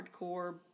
hardcore